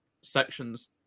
sections